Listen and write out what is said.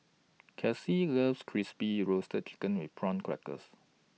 Kelcie loves Crispy Roasted Chicken with Prawn Crackers